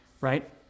right